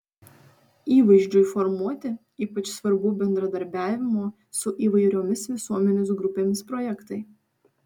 įvaizdžiui formuoti ypač svarbu bendradarbiavimo su įvairiomis visuomenės grupėmis projektai